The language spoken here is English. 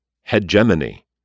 Hegemony